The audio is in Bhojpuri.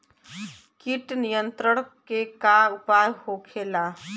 कीट नियंत्रण के का उपाय होखेला?